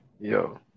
Yo